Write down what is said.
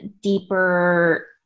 deeper